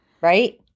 right